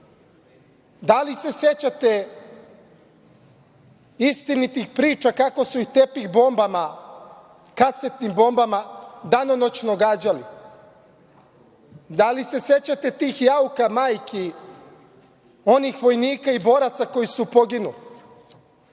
li se sećate istinitih priča kako su ih tepih bombama, kasetnim bombama danonoćno gađali? Da li se sećate tih jauka majki onih vojnika i boraca koji su poginuli?